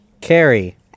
Carrie